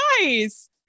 nice